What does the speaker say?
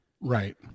Right